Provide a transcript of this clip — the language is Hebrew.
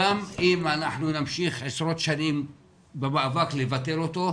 גם אם אנחנו נמשיך עשרות שנים במאבק לבטל אותו,